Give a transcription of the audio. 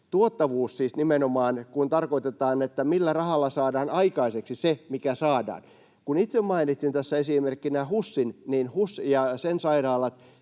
Tuottavuus siis nimenomaan, kun tarkoitetaan, millä rahalla saadaan aikaiseksi se, mikä saadaan. Kun itse mainitsin tässä esimerkkinä HUSin, niin HUS ja sen sairaalat